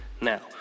Now